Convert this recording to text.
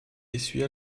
essuya